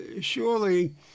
Surely